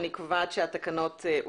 אין הצעת תקנות צמצום השימוש בשקיות נשיאה